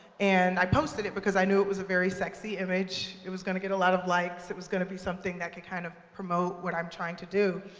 and i posted it because i knew it was a very sexy image. it was gonna get a lot of likes. it was gonna be something that could kind of promote what i'm trying to do.